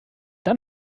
dann